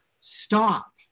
stop